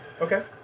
Okay